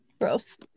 Gross